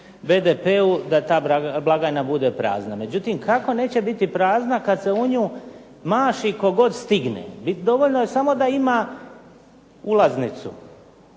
BDP-u da ta blagajna bude prazna. Međutim, kako neće biti prazna kada se u nju maši tko god stigne. Dovoljno je da smo ima ulaznicu.